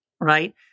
right